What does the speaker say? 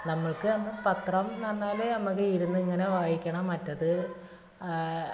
നമ്മൾക്ക് പത്രം എന്ന് പറഞ്ഞാൽ നമുക്ക് ഇരുന്ന് ഇങ്ങനെ വായിക്കണം മറ്റേത്